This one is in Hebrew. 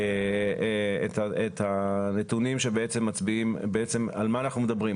להציג את הנתונים שמצביעים על מה אנחנו מדברים,